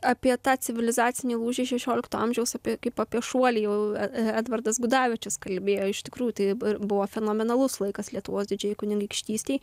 apie tą civilizacinį lūžį šešiolikto amžiaus apie kaip apie šuolį jau edvardas gudavičius kalbėjo iš tikrųjų tai buvo fenomenalus laikas lietuvos didžiajai kunigaikštystei